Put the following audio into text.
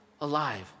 alive